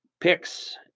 picks